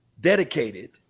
dedicated